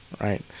right